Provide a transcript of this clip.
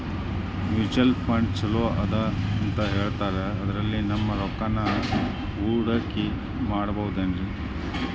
Mutual fund ಛಲೋ ಅದಾ ಅಂತಾ ಹೇಳ್ತಾರ ಅದ್ರಲ್ಲಿ ನಮ್ ರೊಕ್ಕನಾ ಹೂಡಕಿ ಮಾಡಬೋದೇನ್ರಿ?